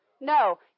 no